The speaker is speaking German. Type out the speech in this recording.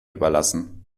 überlassen